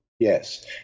Yes